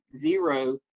zero